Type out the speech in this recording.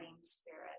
spirit